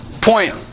Point